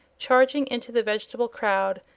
charging into the vegetable crowd,